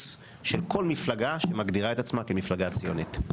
של כל מפלגה שמגדירה את עצמה כמפלגה ציונית.